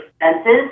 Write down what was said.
expenses